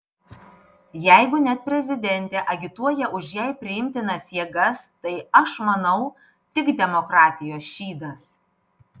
jeigu net prezidentė agituoja už jai priimtinas jėgas tai aš manau tik demokratijos šydas